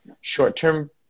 short-term